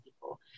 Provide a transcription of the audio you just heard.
people